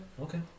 okay